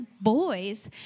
boys